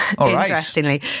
interestingly